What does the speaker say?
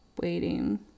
waiting